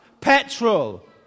Petrol